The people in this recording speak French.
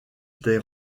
des